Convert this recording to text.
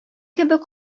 кебек